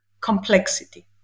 complexity